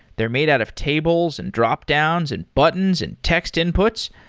they're made out of tables, and dropdowns, and buttons, and text inputs.